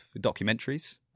documentaries